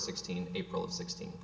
sixteenth april sixteenth